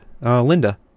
Linda